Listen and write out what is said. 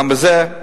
גם בזה.